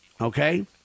Okay